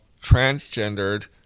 transgendered